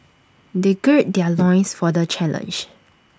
they gird their loins for the challenge